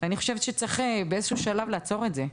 ואני חושבת שבאיזה שהוא שלב לעצור את זה.